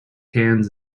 hands